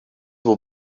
will